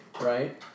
right